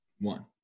one